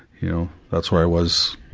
you know, that's where i was,